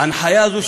ההנחיה הזאת,